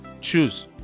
choose